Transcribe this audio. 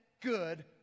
good